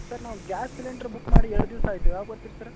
sir ನಾವು gas cylinder book ಮಾಡಿ ಎರಡು ದಿವಸ ಆಯಿತು ಯಾವಾಗ ಬರ್ತೀರಿ ಸರ